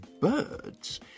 birds